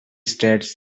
states